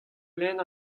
lenn